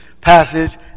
passage